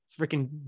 freaking